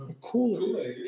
cooler